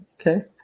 Okay